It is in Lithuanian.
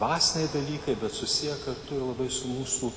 dvasiniai dalykai bet susiję kartu ir labai su mūsų